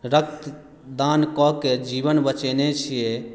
रक्त दान कऽ के जीवन बचेने छियै